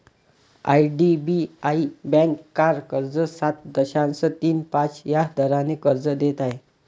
IDBI bank car कर्ज सात दशांश तीन पाच या दराने कर्ज देत आहे